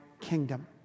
kingdom